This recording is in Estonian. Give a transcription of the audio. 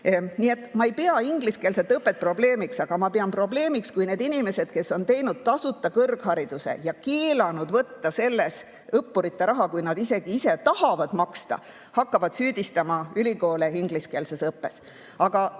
Nii et ma ei pea ingliskeelset õpet probleemiks, aga ma pean probleemiks, kui need inimesed, kes on teinud tasuta kõrghariduse ja keelanud võtta selle eest õppurite raha, isegi kui nad ise tahavad maksta, hakkavad süüdistama ülikoole ingliskeelses õppes. Aga